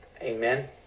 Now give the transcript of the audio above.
Amen